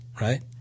right